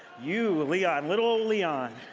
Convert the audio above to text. you, leon, little leon.